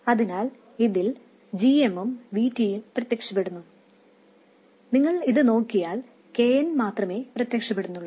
അതിനാൽ ഇതിൽ gm ഉം VT ഉം പ്രത്യക്ഷപ്പെടുന്നു നിങ്ങൾ ഇത് നോക്കിയാൽ kn മാത്രമേ പ്രത്യക്ഷപ്പെടുന്നുള്ളൂ